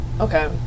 Okay